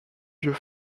vieux